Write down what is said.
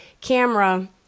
camera